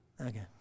Okay